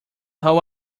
whole